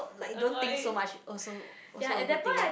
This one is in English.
like don't think so much also also a good thing eh